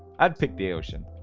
i'd pick the ocean